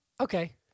okay